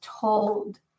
told